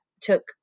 took